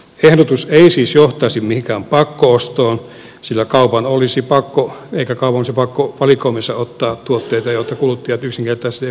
ehdotus ei siis johtaisi mihinkään pakko ostoon eikä kaupan olisi pakko valikoimiinsa ottaa tuotteita joita kuluttajat yksinkertaisesti eivät halua ostaa